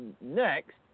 next